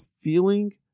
feeling